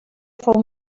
fou